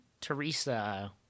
Teresa